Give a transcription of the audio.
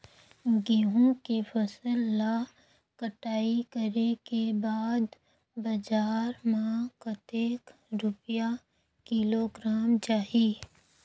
गंहू के फसल ला कटाई करे के बाद बजार मा कतेक रुपिया किलोग्राम जाही?